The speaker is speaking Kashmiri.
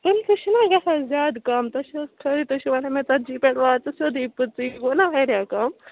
پٕنٛژٕ چھِنَہ گژھان زیادٕ کَم تۄہہِ چھِ حظ خٲرٕے تُہۍ چھُ وَنان مےٚ ژتجی پٮ۪ٹھ وات ژٕ سیوٚدُے پٕنٛژٕ یہِ گوٚو نَہ واریاہ کَم